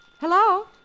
Hello